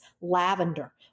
lavender